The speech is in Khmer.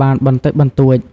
បានបន្តិចបន្តួច។